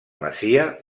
masia